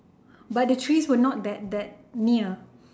but the trees were not that that near